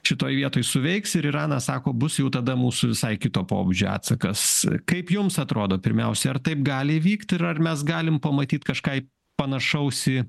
šitoj vietoj suveiks ir iranas sako bus jau tada mūsų visai kito pobūdžio atsakas kaip jums atrodo pirmiausia ar taip gali įvykt ir ar mes galim pamatyt kažką panašaus į